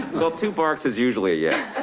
two barks is usually yes.